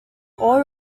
all